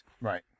right